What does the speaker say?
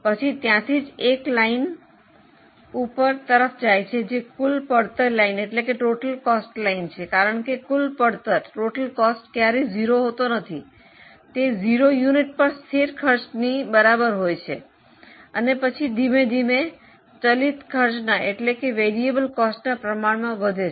પછી ત્યાંથી જ એક લાઇન ઉપર તરફ જાય છે જે કુલ પડતર લાઇન છે કારણ કે કુલ પડતર ક્યારેય 0 હોતો નથી તે 0 એકમ પર સ્થિર ખર્ચની બરાબર હોય છે અને તે પછી ધીમે ધીમે ચલિત ખર્ચના પ્રમાણમાં વધે છે